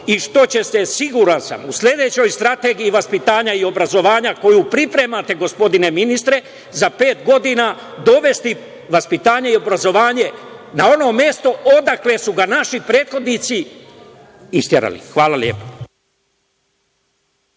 i što će se, siguran sam, u sledećoj strategiji vaspitanja i obrazovanja, koju pripremate, gospodine ministre, za pet godina dovesti vaspitanje i obrazovanje na ono mesto odakle su ga naši prethodnici isterali. Hvala lepo.